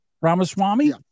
Ramaswamy